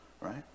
right